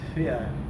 ya